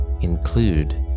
include